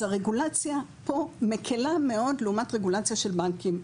אז הרגולציה פה היא מקלה מאוד לעומת רגולציה של בנקים.